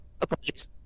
apologies